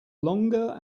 longer